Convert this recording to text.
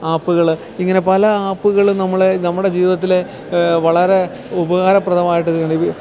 ആപ്പുകൾ ഇങ്ങനെ പല ആപ്പുകളും നമ്മളെ നമ്മുടെ ജീവിതത്തിലെ വളരെ ഉപകാരപ്രദമായിട്ട്